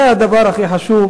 זה הדבר הכי חשוב